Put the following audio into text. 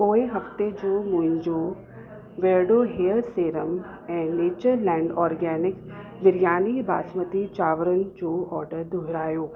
पोइ हफ़्ते जो मुंहिंजो बीयरडो हेयर सीरम ऐं नैचरलैंड ऑर्गॅनिक बिरयानी बासमती चांवर जो ऑडर दुहिरायो